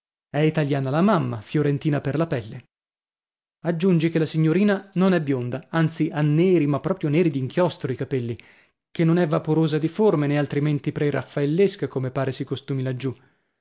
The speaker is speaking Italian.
è italiana la mamma fiorentina per la pelle aggiungi che la signorina non è bionda anzi ha neri ma proprio neri d'inchiostro i capelli che non è vaporosa di forme nè altrimenti preraffaellesca come pare si costumi laggiù